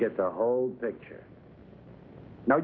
get the whole picture now